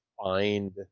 find